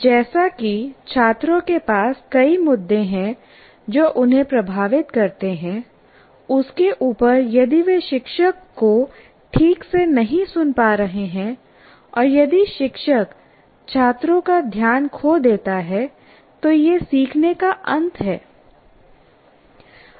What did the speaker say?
जैसा कि छात्रों के पास कई मुद्दे हैं जो उन्हें प्रभावित करते हैं उसके ऊपर यदि वे शिक्षक को ठीक से नहीं सुन पा रहे हैं और यदि शिक्षक छात्रों का ध्यान खो देता है तो यह सीखने का अंत है